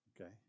Okay